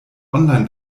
online